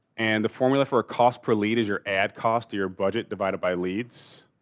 and the formula for a cost per lead is your ad cost to your budget divided by leads